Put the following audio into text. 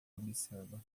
observa